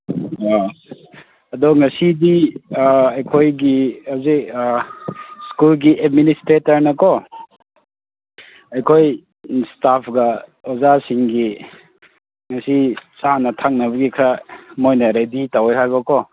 ꯑꯣ ꯑꯗꯨ ꯉꯁꯤꯗꯤ ꯑꯩꯈꯣꯏꯒꯤ ꯍꯧꯖꯤꯛ ꯁ꯭ꯀꯨꯜꯒꯤ ꯑꯦꯗꯃꯤꯅꯤꯁꯇ꯭ꯔꯦꯇꯔꯅꯀꯣ ꯑꯩꯈꯣꯏ ꯏꯁꯇꯥꯞꯒ ꯑꯣꯖꯥꯁꯤꯡꯒꯤ ꯉꯁꯤ ꯆꯥꯅ ꯊꯛꯅꯕꯒꯤ ꯈꯔ ꯃꯣꯏꯅ ꯔꯦꯗꯤ ꯇꯧꯋꯦ ꯍꯥꯏꯕꯀꯣ